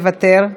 מוותר,